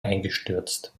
eingestürzt